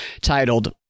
titled